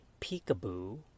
peekaboo